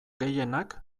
gehienak